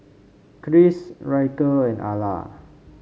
Kris Ryker and Ala